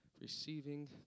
Receiving